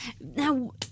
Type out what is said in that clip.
Now